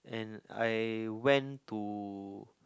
and I went to